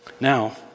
Now